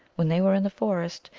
when they were in the forest,